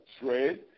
trade